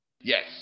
Yes